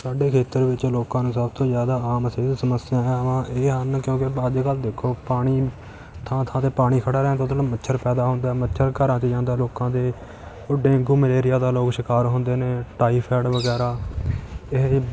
ਸਾਡੇ ਖੇਤਰ ਵਿੱਚ ਲੋਕਾਂ ਨੂੰ ਸਭ ਤੋਂ ਜ਼ਿਆਦਾ ਆਮ ਸਿਹਤ ਸਮੱਸਿਆਵਾਂ ਇਹ ਹਨ ਕਿਉਂਕਿ ਅੱਜ ਕੱਲ੍ਹ ਦੇਖੋ ਪਾਣੀ ਥਾਂ ਥਾਂ 'ਤੇ ਪਾਣੀ ਖੜ੍ਹਾ ਰਹਿੰਦਾ ਉਹਦੇ ਨਾਲ ਮੱਛਰ ਪੈਦਾ ਹੁੰਦਾ ਮੱਛਰ ਘਰਾਂ 'ਚ ਜਾਂਦਾ ਲੋਕਾਂ ਦੇ ਡੇਂਗੂ ਮਲੇਰੀਆ ਦਾ ਲੋਕ ਸ਼ਿਕਾਰ ਹੁੰਦੇ ਨੇ ਟਾਈਫੈਡ ਵਗੈਰਾ ਇਹ